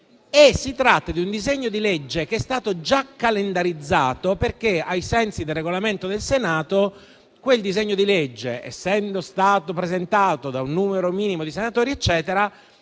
Si tratta di un disegno di legge che è stato già calendarizzato, perché - ai sensi del Regolamento del Senato - essendo stato presentato da un numero minimo di senatori, avrebbe